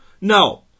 No